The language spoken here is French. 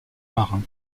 marins